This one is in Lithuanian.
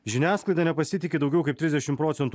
žiniasklaida nepasitiki daugiau kaip trisdešim procentų